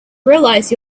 realize